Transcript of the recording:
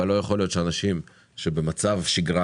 אבל לא יכול להיות שאנשים שבמצב שגרה